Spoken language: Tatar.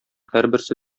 һәрберсе